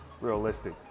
realistic